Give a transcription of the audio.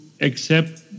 accept